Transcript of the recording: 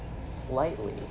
slightly